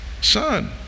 son